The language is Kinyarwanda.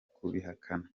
kubihakana